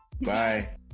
Bye